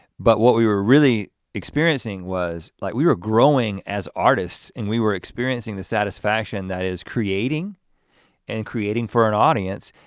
but what we were really experiencing was like, we were growing as artists, and we were experiencing the satisfaction that is creating and creating for an audience.